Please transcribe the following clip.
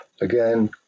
again